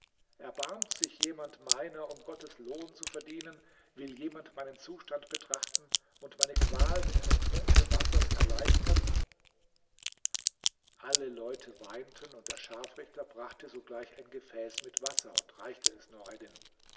erbarmt sich jemand meiner um gottes lohn zu verdienen will jemand meinen zustand betrachten und meine qual mit einem trunke wassers erleichtern alle leute weinten und der scharfrichter brachte sogleich ein gefäß mit wasser und reichte es